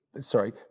Sorry